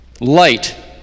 light